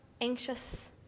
anxious